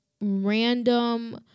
random